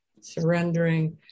surrendering